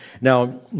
Now